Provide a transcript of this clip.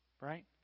right